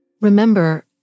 Remember